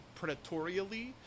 predatorially